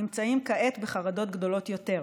נמצאים כעת בחרדות גדולות יותר.